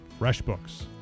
FreshBooks